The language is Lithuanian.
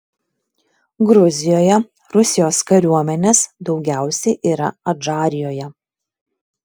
gruzijoje rusijos kariuomenės daugiausiai yra adžarijoje